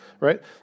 right